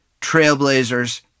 trailblazers